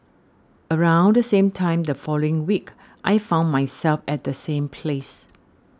around the same time the following week I found myself at the same place